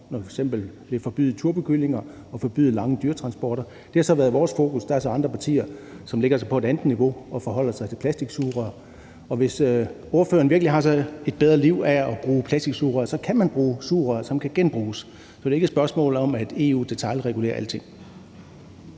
f.eks. vil forbyde turbokyllinger og forbyde lange dyretransporter. Det har så været vores fokus. Der er så andre partier, som lægger sig på et andet niveau og forholder sig til plastiksugerør. Hvis ordføreren virkelig har et bedre liv af at bruge plastiksugerør, kan man bruge sugerør, som kan genbruges. Så det er ikke et spørgsmål om, at EU detailregulerer alting.